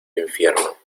infierno